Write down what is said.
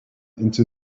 into